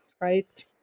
right